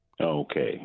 Okay